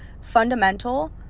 fundamental